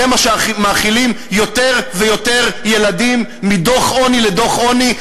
זה מה שמאכילים יותר ויותר ילדים מדוח עוני לדוח עוני.